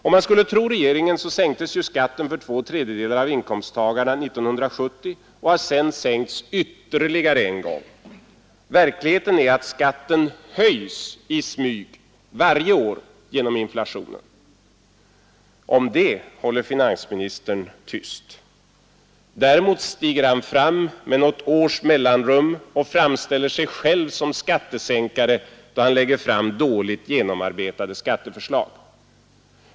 Om man skulle tro regeringen sänktes skatten för två tredjedelar av inkomsttagarna 1970 och har sedan sänkts ytterligare en gång. Verkligheten är att skatten höjs i smyg varje år genom inflationen. Om det håller finansministern tyst. Däremot stiger han fram med något års mellanrum själv som skattesänkare då han lägger fram dåligt och framställer sig genomarbetade skatteförslag.